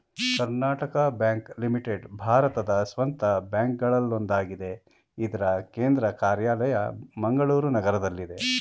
Karnataka Bank Limited ಭಾರತದ ಸ್ವಂತ ಬ್ಯಾಂಕ್ಗಳಲ್ಲೊಂದಾಗಿದೆ ಇದ್ರ ಕೇಂದ್ರ ಕಾರ್ಯಾಲಯ ಮಂಗಳೂರು ನಗರದಲ್ಲಿದೆ